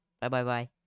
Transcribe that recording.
Bye-bye-bye